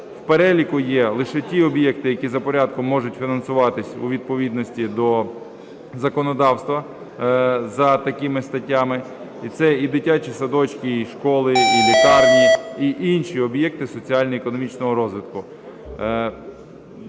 переліку є лише ті об'єкти, які за порядком можуть фінансуватися у відповідності до законодавства за такими статтями. Це і дитячі садочки, і школи, і лікарні, і інші об'єкти соціально-економічного розвитку.